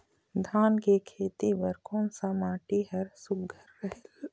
धान के खेती बर कोन सा माटी हर सुघ्घर रहेल?